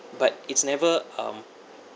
but it's never um